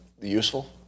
useful